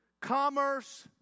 commerce